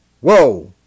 Whoa